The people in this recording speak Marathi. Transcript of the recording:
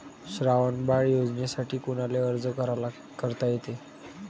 श्रावण बाळ योजनेसाठी कुनाले अर्ज करता येते?